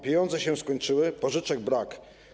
Pieniądze się skończyły, pożyczek brak.